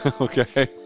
Okay